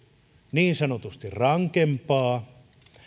niin sanotusti rankempaa